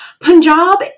punjab